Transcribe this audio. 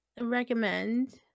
recommend